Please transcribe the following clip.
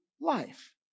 life